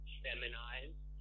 feminized